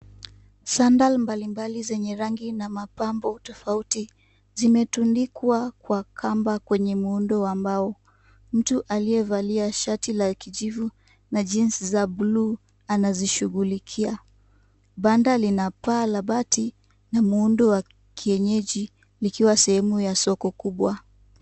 Sandal mbalimbali zenye rangi na mapambo tofauti zimetundikwa kwa kamba kwenye muundo wa mbao. Mtu aliyevalia shati la kijivu na jeans za bluu anazishughulikia. Banda lina paa la bati na muundo wa kienyeji likiwa sehemu ya soko kubwa.